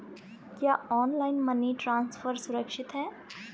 क्या online money transfer सुरक्षित है?